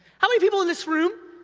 how many people in this room,